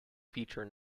feature